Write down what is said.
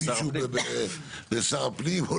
לשר הפנים.